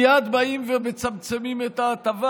מייד באים ומצמצמים את ההטבה,